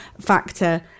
factor